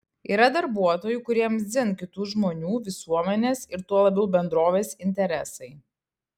yra darbuotojų kuriems dzin kitų žmonių visuomenės ir tuo labiau bendrovės interesai